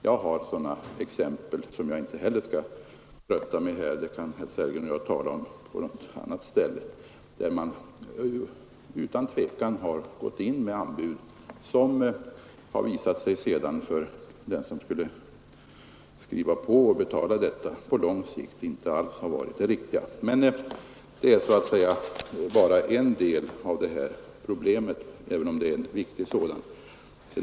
Jag har också exempel — som jag inte heller skall trötta med här; dem kan herr Sellgren och jag tala om på något annat ställe — som utan tvivel visar att man har gått in med anbud, som sedan för den som skulle skriva på och betala har visat sig inte alls vara riktiga på lång sikt. Men det är så att säga bara en del av det här problemet, även om det är en viktig sådan.